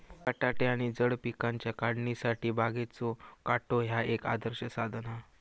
बटाटे आणि जड पिकांच्या काढणीसाठी बागेचो काटो ह्या एक आदर्श साधन हा